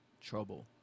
trouble